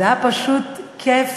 היה פשוט כיף,